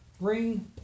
bring